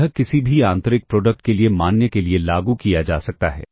यह किसी भी आंतरिक प्रोडक्ट के लिए मान्य के लिए लागू किया जा सकता है